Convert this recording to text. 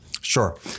Sure